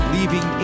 Leaving